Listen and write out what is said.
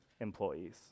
employees